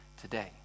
today